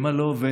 אימא לא עובדת,